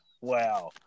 Wow